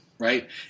Right